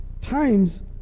times